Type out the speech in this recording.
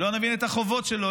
לא נבין את החובות שלו,